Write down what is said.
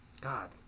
God